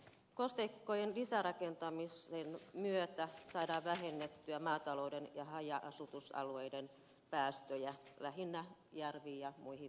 kosteikkojen lisärakentamisen myötä saadaan vähennettyä maatalouden ja haja asutusalueiden päästöjä lähinnä järviin ja muihin vesistöihin